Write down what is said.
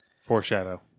foreshadow